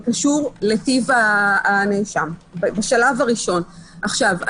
הנייר סובל הכל ואפשר